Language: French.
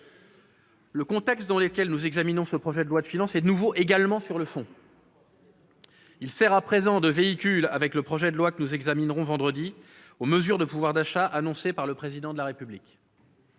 Le contexte dans lequel nous examinons ce projet de loi de finances est également nouveau sur le fond. Il sert à présent de véhicule, avec le projet de loi que nous examinerons vendredi, aux mesures de pouvoir d'achat annoncées par le Président de la République.